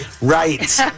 Right